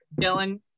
Dylan